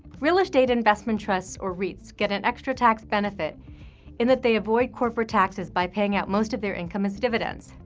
real estate investment investment trusts, or reits, get an extra tax benefit in that they avoid corporate taxes by paying out most of their income as dividends.